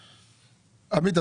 עמית,